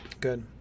Good